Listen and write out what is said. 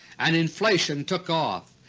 and inflation took off.